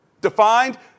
Defined